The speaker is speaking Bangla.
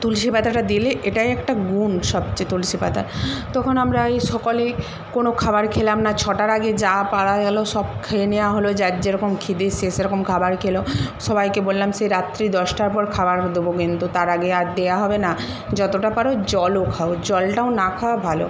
তুলসী পাতাটা দিলে এটাই একটা গুণ সবচেয়ে তুলসী পাতার তখন আমরা এই সকলেই কোনো খাবার খেলাম না ছটার আগে যা পারা গেল সব খেয়ে নেওয়া হলো যার যেরকম খিদে সে সেরকম খাবার খেলো সবাইকে বললাম সেই রাত্রি দশটার পর খাবার দেবো কিন্তু তার আগে আর দেওয়া হবে না যতটা পারো জলও খাও জলটাও না খাওয়া ভালো